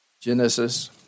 Genesis